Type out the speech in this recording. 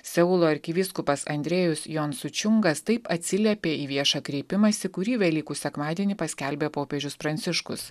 seulo arkivyskupas andrejus jonsučiunga taip atsiliepė į viešą kreipimąsi kurį velykų sekmadienį paskelbė popiežius pranciškus